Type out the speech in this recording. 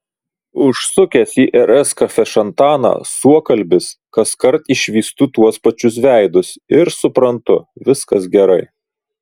užsukęs į rs kafešantaną suokalbis kaskart išvystu tuos pačius veidus ir suprantu viskas gerai